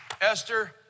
Esther